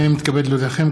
הינני מתכבד להודיעכם,